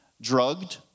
drugged